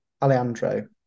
Alejandro